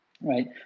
right